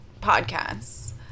podcasts